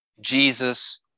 Jesus